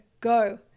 go